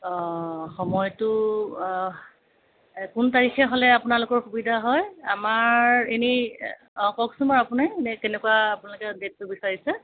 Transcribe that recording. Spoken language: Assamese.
অঁ সময়টো কোন তাৰিখে হ'লে আপোনালোকৰ সুবিধা হয় আমাৰা এনেই অঁ কওকচোন বাৰু আপুনি এনেই কেনেকুৱা আপোনালোকে ডেটটো বিচাৰিছে